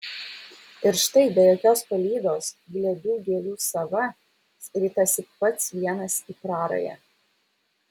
ir štai be jokios palydos glėbių gėlių sava ritasi pats vienas į prarają